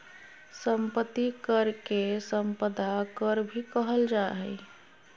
संपत्ति कर के सम्पदा कर भी कहल जा हइ